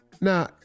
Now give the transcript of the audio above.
Now